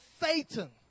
Satan